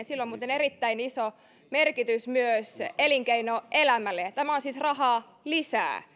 sillä on muuten erittäin iso merkitys myös elinkeinoelämälle tämä on siis rahaa lisää